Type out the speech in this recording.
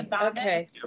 Okay